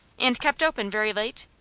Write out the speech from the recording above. and kept open very late?